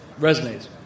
Resonates